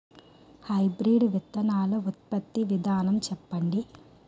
Hybrid విత్తనాలు ఉత్పత్తి విధానం చెప్పండి?